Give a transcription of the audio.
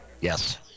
Yes